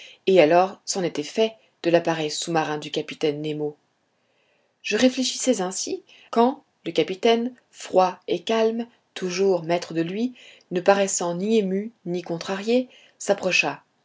et alors c'en était fait de l'appareil sous-marin du capitaine nemo je réfléchissais ainsi quand le capitaine froid et calme toujours maître de lui ne paraissant ni ému ni contrarié s'approcha